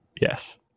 Yes